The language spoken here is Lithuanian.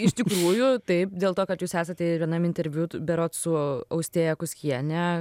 iš tikrųjų taip dėl to kad jūs esate vienam interviu berods su austėja kuskiene